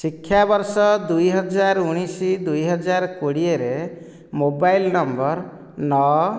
ଶିକ୍ଷାବର୍ଷ ଦୁଇହଜାର ଉଣେଇଶି ଦୁଇହଜାର କୋଡ଼ିଏରେ ମୋବାଇଲ୍ ନମ୍ବର ନଅ